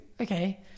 okay